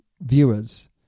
viewers